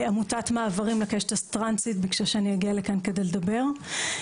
עמותת מעברים לקשת הטרנסית ביקשה שאני אגיע לכאן כדי לדבר.